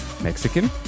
mexican